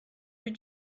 rue